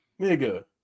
Nigga